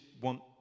want